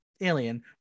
alien